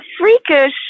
freakish